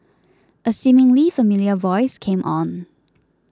a seemingly familiar voice came on